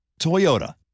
Toyota